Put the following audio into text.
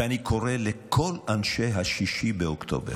ואני קורא לכל אנשי 6 באוקטובר,